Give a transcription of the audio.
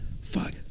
Fuck